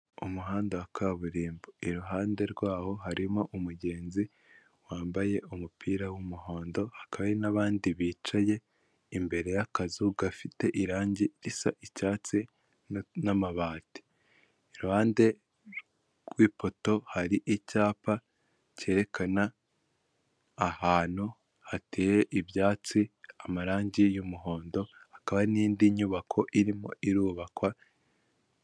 Umuhanda wa kaburimbo, iruhande rwaho harimo umugenzi wambaye umupira w'umuhondo, hakaba hari n'abandi bicaye imbere y'akazu gafite irangi risa icyatsi n'amabati, iruhande rw'ipoto hari icyapa cyerekana ahantu hateye ibyatsi, amarangi y'umuhondo, hakaba n'indi nyubako irimo irubakwa.